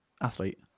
athlete